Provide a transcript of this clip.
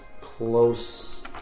close